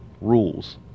rules